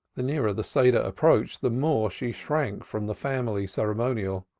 the nearer the seder approached, the more she shrank from the family ceremonial.